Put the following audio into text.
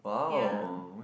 yea